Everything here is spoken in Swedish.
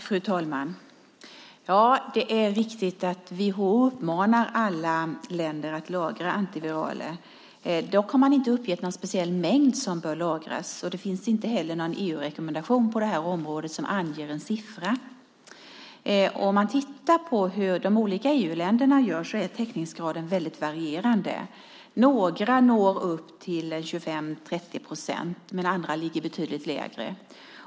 Fru talman! Det är riktigt att WHO uppmanar alla länder att lagra antiviraler. Dock har de inte uppgett någon speciell mängd som bör lagras, och det finns heller ingen EU-rekommendation på det här området där det anges en siffra. Om man tittar på hur de olika EU-länderna gör ser man att täckningsgraden är mycket varierande. Några når upp till 25-30 procent medan andra ligger betydligt lägre.